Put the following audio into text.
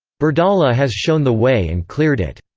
bardoli has shown the way and cleared it.